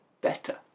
better